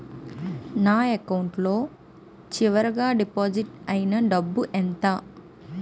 నా అకౌంట్ లో చివరిగా డిపాజిట్ ఐనా డబ్బు ఎంత?